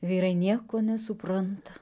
vyrai nieko nesupranta